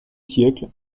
siècles